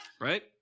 Right